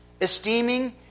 esteeming